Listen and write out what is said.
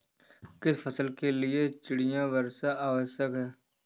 किस फसल के लिए चिड़िया वर्षा आवश्यक है?